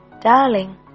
Darling